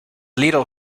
little